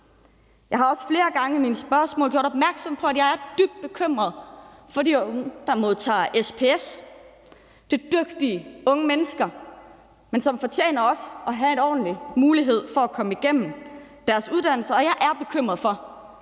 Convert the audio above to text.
Jeg har også flere gange i mine spørgsmål gjort opmærksom på, at jeg er dybt bekymret for de unge, der modtager SPS. Det er dygtige unge mennesker, som også fortjener at have en ordentlig mulighed for at komme igennem deres uddannelser, og jeg er bekymret for,